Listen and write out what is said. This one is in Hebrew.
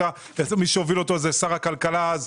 מי שהוביל אותו הוא שר הכלכלה דאז,